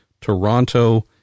toronto